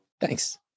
Thanks